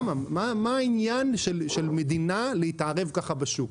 מה העניין של מדינה להתערב ככה בשוק?